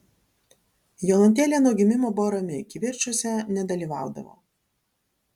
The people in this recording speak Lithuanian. jolantėlė nuo gimimo buvo rami kivirčuose nedalyvaudavo